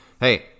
hey